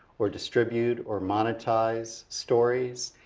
or distribute, or monetize stories.